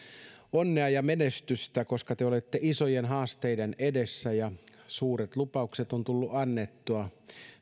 onnea että menestystä koska te olette isojen haasteiden edessä suuret lupaukset on tullut annettua